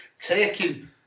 taking